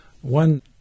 One